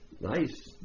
nice